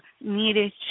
needed